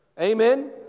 Amen